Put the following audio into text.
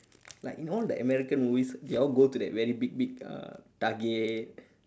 like in all the american movies they all go to that very big big uh target